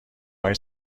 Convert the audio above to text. های